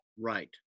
Right